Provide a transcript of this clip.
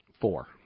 Four